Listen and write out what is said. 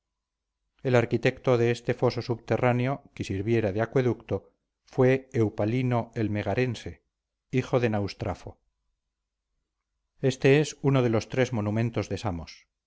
el arquitecto de este foso subterráneo que sirviera de acueducto fue eupalino el megarense hijo de naustrafo este es uno de los tres monumentos